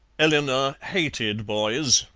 eleanor hated boys,